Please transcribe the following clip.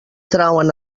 trauen